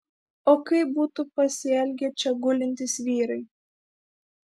o kaip būtų pasielgę čia gulintys vyrai